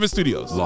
Studios